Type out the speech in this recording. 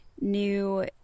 new